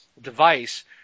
device